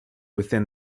within